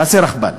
תעשה רכבל.